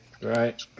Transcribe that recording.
Right